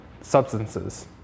substances